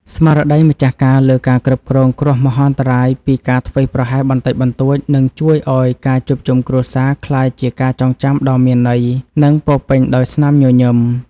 ស្មារតីម្ចាស់ការលើការគ្រប់គ្រងគ្រោះមហន្តរាយពីការធ្វេសប្រហែសបន្តិចបន្តួចនឹងជួយឱ្យការជួបជុំគ្រួសារក្លាយជាការចងចាំដ៏មានន័យ និងពោរពេញដោយស្នាមញញឹម។